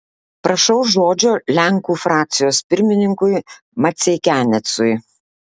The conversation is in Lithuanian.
prašau žodžio lenkų frakcijos pirmininkui maceikianecui